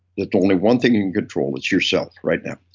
the only one thing you can control is yourself right now.